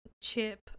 Chip